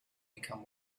become